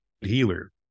healer